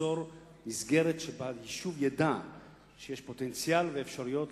ליצור מסגרת שבה יישוב ידע שיש פוטנציאל ואפשרויות